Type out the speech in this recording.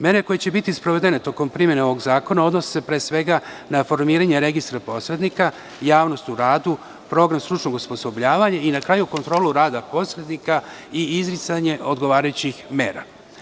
Mere koje će biti sprovedene tokom primene ovog zakona odnose se pre svega na formiranje registra posrednika, javnost u radu, program stručnog osposobljavanja i na kraju kontrolu rada posrednika i izricanje odgovarajućih mera.